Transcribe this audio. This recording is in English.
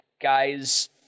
guys